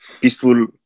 peaceful